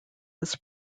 was